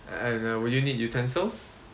and uh will you need utensils